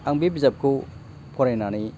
आं बे बिजाबखौ फरायनानै